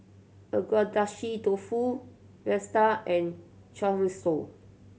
Agedashi Dofu Raita and Chorizo